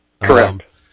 Correct